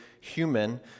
human